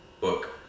book